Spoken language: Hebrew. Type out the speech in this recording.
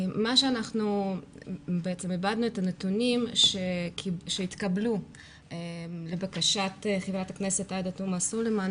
אנחנו עיבדנו את הנתונים שהתקבלו לבקשת חברת הכנסת עאידה תומא סלימאן,